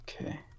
Okay